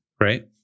right